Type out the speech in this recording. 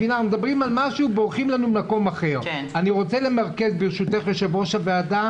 הדבר האחרון שאנו רוצים זה להתמודד מול ההורים.